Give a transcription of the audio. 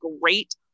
great